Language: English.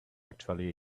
actually